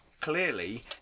clearly